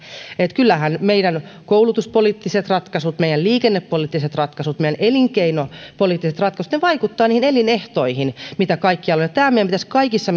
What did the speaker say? kyllähän meidän koulutuspoliittiset ratkaisumme meidän liikennepoliittiset ratkaisumme meidän elinkeinopoliittiset ratkaisumme vaikuttavat niihin elinehtoihin joita kaikkialla on tämä meidän pitäisi kaikissa